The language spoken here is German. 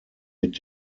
mit